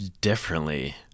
Differently